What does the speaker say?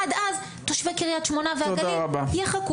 עד אז תושבי קריית שמונה והגליל יחכו.